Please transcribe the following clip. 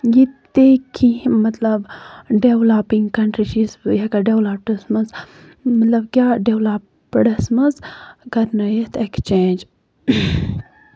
یہِ تہِ کیٚنٛہہ مطلب ڈیٚولَپِنگ کَنٹریٖز چھِ چھِ أسۍ ہیٚکان ڈیٚولَپَس منٛز مطلب کیاہ ڈیٚولَپٕڈَس منٛز کَرنٲیتھ ایٚکٕسچینج